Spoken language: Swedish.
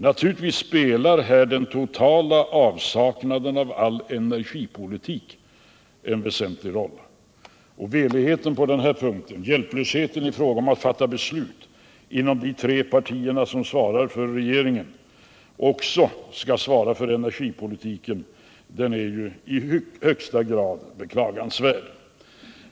Naturligtvis spelar här den totala avsaknaden av all energipolitik en väsentlig roll, liksom veligheten och hjälplösheten i fråga om att fatta beslut inom de tre partier som svarar för regeringen och som skall svara för energipolitiken — den är ju i högsta grad beklagansvärd.